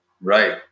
right